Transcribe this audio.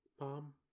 Mom